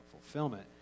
fulfillment